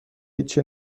هیچی